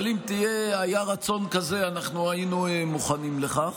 אבל אם היה רצון כזה, אנחנו היינו מוכנים לכך.